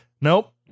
nope